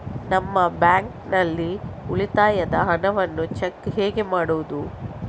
ನಮ್ಮ ಬ್ಯಾಂಕ್ ನಲ್ಲಿ ಉಳಿತಾಯದ ಹಣವನ್ನು ಚೆಕ್ ಹೇಗೆ ಮಾಡುವುದು?